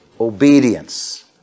Obedience